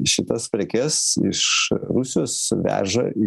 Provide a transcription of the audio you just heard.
šitas prekes iš rusijos veža į